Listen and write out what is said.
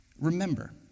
remember